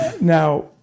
Now